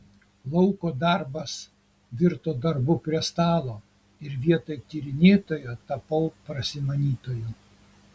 lauko darbas virto darbu prie stalo ir vietoj tyrinėtojo tapau prasimanytoju